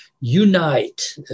unite